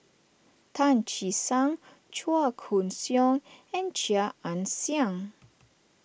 Tan Che Sang Chua Koon Siong and Chia Ann Siang